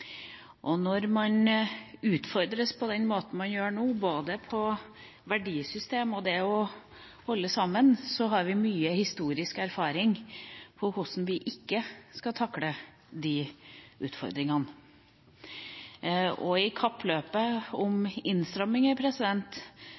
Når man utfordres på den måten man blir nå, både på verdisystem og på det å holde sammen, har vi mye historisk erfaring på hvordan vi ikke skal takle de utfordringene. I kappløpet om innstramminger